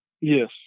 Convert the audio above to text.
Yes